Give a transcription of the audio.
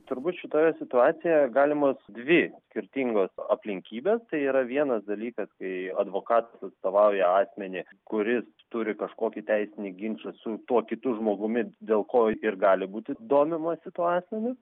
turbūt šitoje situacijoje galimos dvi skirtingos aplinkybės tai yra vienas dalykas kai advokatas atstovauja asmenį kuris turi kažkokį teisinį ginčą su tuo kitu žmogumi dėl ko ir gali būti domimasi tuo asmeniu